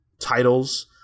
titles